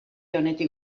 onetik